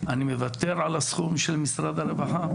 אני מוותר על הסכום של משרד הרווחה,